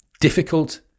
difficult